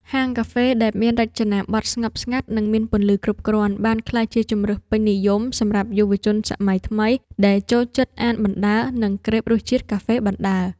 ហាងកាហ្វេដែលមានរចនាបថស្ងប់ស្ងាត់ និងមានពន្លឺគ្រប់គ្រាន់បានក្លាយជាជម្រើសពេញនិយមសម្រាប់យុវជនសម័យថ្មីដែលចូលចិត្តអានបណ្ដើរ និងក្រេបរសជាតិកាហ្វេបណ្ដើរ។